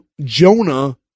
Jonah